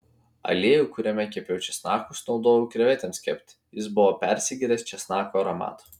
aliejų kuriame kepiau česnakus naudojau krevetėms kepti jis buvo persigėręs česnako aromato